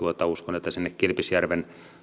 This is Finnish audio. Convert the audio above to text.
uskon että sinne kilpisjärven